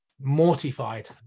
mortified